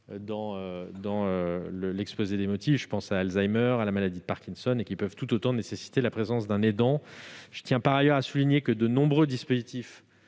dans l'exposé des motifs. Je pense aux maladies d'Alzheimer ou de Parkinson, qui peuvent tout autant nécessiter la présence d'un aidant. Je tiens par ailleurs à souligner que de nombreux dispositifs